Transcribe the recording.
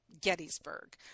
Gettysburg